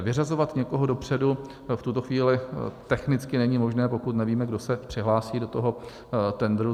Vyřazovat někoho dopředu v tuto chvíli technicky není možné, pokud nevíme, kdo se přihlásí do toho tendru.